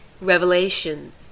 Revelation